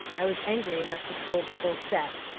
i was angry enough to scold the whole set,